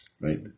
Right